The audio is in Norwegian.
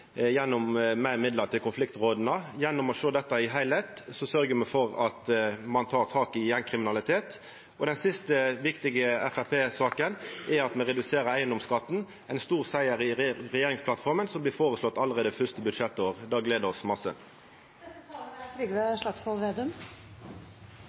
gjennom meir midlar til konfliktråda. Gjennom å sjå dette i ein heilskap sørgjer me for at ein tek tak i gjengkriminalitet. Den siste viktige Framstegsparti-saka er at me reduserer eigedomsskatten – ein stor siger i regjeringsplattforma, som blir føreslått allereie første budsjettår. Det gler oss